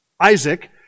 Isaac